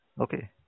Okay